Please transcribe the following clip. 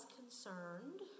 concerned